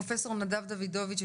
פרופ' נדב דוידוביץ',